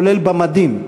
כולל במדים,